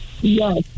Yes